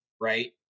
right